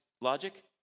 logic